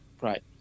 Right